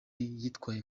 yitwaye